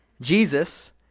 Jesus